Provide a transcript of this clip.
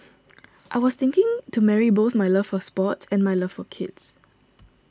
I was thinking to marry both my love for sports and my love for kids